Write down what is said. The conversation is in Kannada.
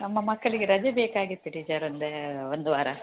ನಮ್ಮ ಮಕ್ಕಳಿಗೆ ರಜೆ ಬೇಕಾಗಿತ್ತು ಟೀಚರ್ ಒಂದು ಒಂದು ವಾರ